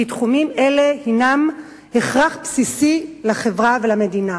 תחומים אלה הינם הכרח בסיסי לחברה ולמדינה.